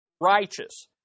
righteous